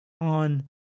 on